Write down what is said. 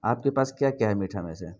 آپ کے پاس کیا کیا ہے میٹھا میں سے